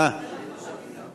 אני נרשמתי.